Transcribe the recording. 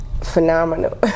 phenomenal